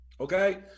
Okay